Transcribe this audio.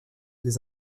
des